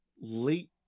late